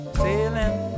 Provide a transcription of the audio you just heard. sailing